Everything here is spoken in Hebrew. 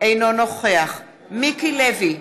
אינו נוכח מיקי לוי,